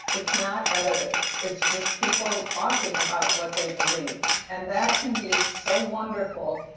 it's not edited. it's just people talking about what they believe and that can be so wonderful.